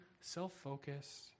self-focused